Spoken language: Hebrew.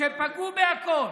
שפגעו בכול,